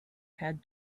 had